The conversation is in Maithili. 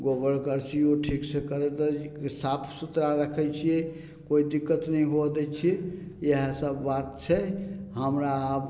गोबर करसी ठीकसँ साफ सुथरा रखय छियै कोइ दिक्कत नहि हुअ दै छियै इएहे सब बात छै हमरा आब